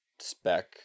spec